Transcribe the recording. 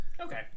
Okay